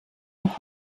noch